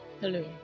Hello